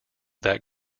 that